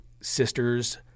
sisters